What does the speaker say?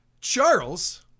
Charles